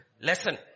Lesson